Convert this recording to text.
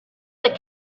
that